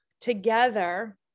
together